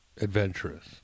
adventurous